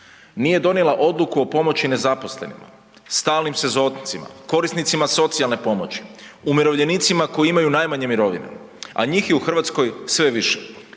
Nije donijela odluku o pomoći nezaposlenima, stalnim sezoncima, korisnicima socijalne pomoći, umirovljenicima koji imaju najmanje mirovine, a njih je u Hrvatskoj sve više,